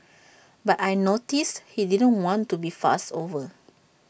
but I noticed she didn't want to be fussed over